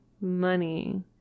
money